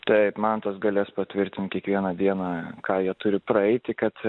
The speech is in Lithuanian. taip mantas galės patvirtinti kiekvieną dieną ką jie turi praeiti kad